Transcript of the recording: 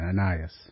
Ananias